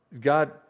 God